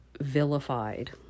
vilified